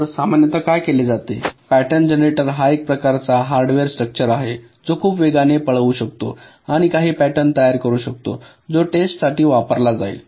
तर सामान्यत काय केले जाते पॅटर्न जनरेटर हा एक प्रकारचा हार्डवेअर स्ट्रक्चर आहे जो खूप वेगवान पळवू शकतो आणि काही पॅटर्न तयार करु शकतो जो टेस्ट साठी वापरला जाईल